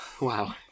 wow